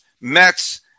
Mets